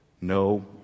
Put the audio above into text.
No